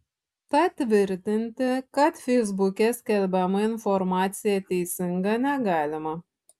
tad tvirtinti kad feisbuke skelbiama informacija teisinga negalima